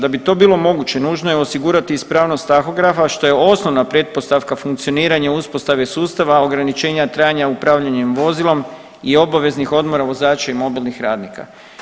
Da bi to bilo moguće nužno je osigurati ispravnost tahografa što je osnovna pretpostavka funkcioniranja uspostave sustava ograničenja trajanja upravljanjem vozilom i obaveznih odmora vozača i mobilnih radnika.